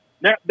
now